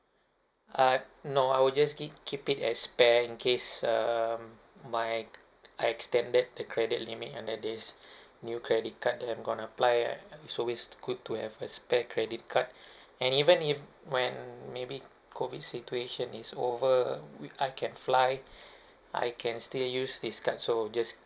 uh no I will just keep keep it as spare in case um my I extended the credit limit under this new credit card that I am going to apply uh so it's good to have a spare credit card and even if when maybe COVID situation is over we I can fly I can still use this card so just